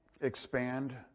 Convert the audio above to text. expand